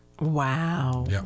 Wow